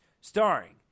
Starring